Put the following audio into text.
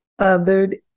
othered